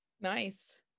nice